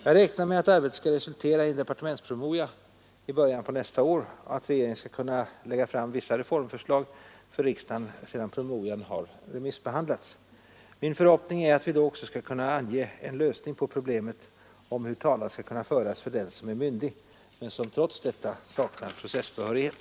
Jag räknar med att arbetet skall resultera i en departementspromemoria i början av nästa år och att regeringen skall kunna lägga fram vissa reformförslag för riksdagen sedan promemorian har remissbehandlats. Min förhoppning är att vi då också skall kunna ange en lösning på problemet om hur talan skall kunna föras för den som är myndig men som trots detta saknar processbehörighet.